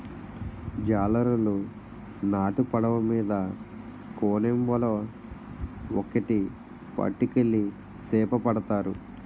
జాలరులు నాటు పడవ మీద కోనేమ్ వల ఒక్కేటి పట్టుకెళ్లి సేపపడతారు